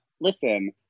Listen